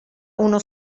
uno